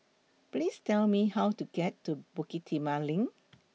Please Tell Me How to get to Bukit Timah LINK